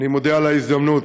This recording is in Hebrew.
אני מודה על ההזדמנות.